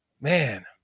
Man